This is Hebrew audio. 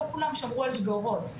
לא כולם שמרו על שגרות,